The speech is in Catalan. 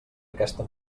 aquesta